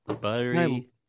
Buttery